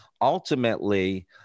ultimately